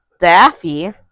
Daffy